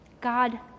God